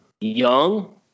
young